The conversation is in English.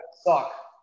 suck